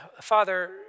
Father